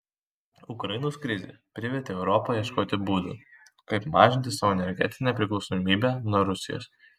ukrainos krizė privertė europą ieškoti būdų kaip mažinti savo energetinę priklausomybę nuo rusijos